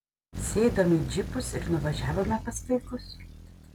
sėdom į džipus ir nuvažiavome pas vaikus